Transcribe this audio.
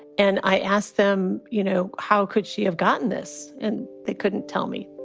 and i asked them, you know, how could she have gotten this? and they couldn't tell me